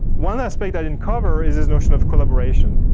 one aspect i didn't cover is this notion of collaboration.